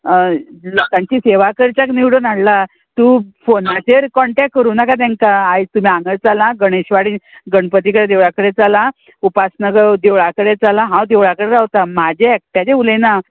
लोकांची सेवा करच्याक निवडून हाडला तूं फोनाचेर कॉन्टेक्ट करूं नाका तेंकां आयज तुमी हांगा चला गणेशवाडी गणपती कडे देवळा कडेन चला उपासनगर देवळा कडेन चला हांव देवळा कडेन रावता म्हाजें एकट्याचें उलयना